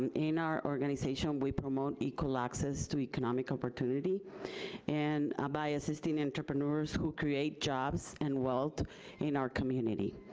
um in our organization, um we promote equal access to economic opportunity and, ah by assisting entrepreneurs who create jobs and wealth in our community.